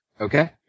Okay